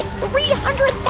three hundred